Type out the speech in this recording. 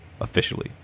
officially